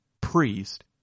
priest